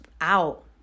out